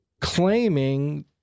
claiming